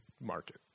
market